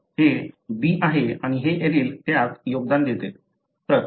हे B आहे आणि हे एलील त्यात योगदान देते